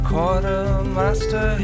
Quartermaster